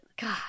God